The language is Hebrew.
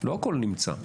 לא הכול נמצא.